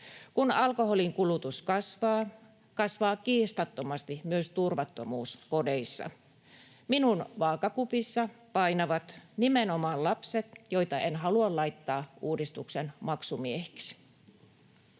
Kun alkoholinkulutus kasvaa, kasvaa kiistattomasti myös turvattomuus kodeissa. Minun vaakakupissani painavat nimenomaan lapset, joita en halua laittaa uudistuksen maksumiehiksi.